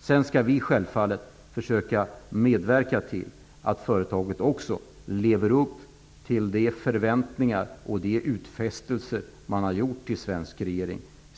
Sedan skall vi självfallet försöka medverka till att företaget också lever upp till de förväntningar som finns och de utfästelser man har gjort till den svenska regeringen.